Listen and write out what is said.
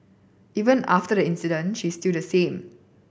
even after the incident she is still the same